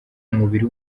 umubiri